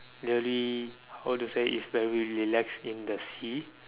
really how to say is very relax in the sea